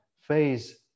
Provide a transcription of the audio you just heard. phase